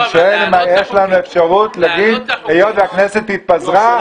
אני שואל אם יש לנו אפשרות להגיד: היות שהכנסת התפזרה,